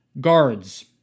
guards